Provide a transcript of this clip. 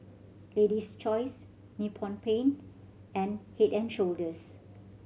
Lady's Choice Nippon Paint and Head and Shoulders